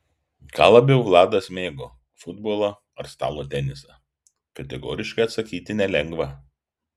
ką labiau vladas mėgo futbolą ar stalo tenisą kategoriškai atsakyti nelengva